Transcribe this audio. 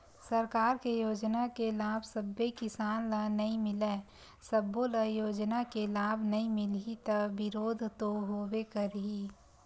सरकार के योजना के लाभ सब्बे किसान ल नइ मिलय, सब्बो ल योजना के लाभ नइ मिलही त बिरोध तो होबे करही